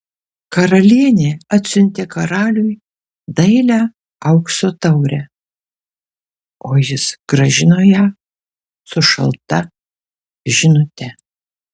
karalienė atsiuntė karaliui dailią aukso taurę o jis grąžino ją su šalta žinute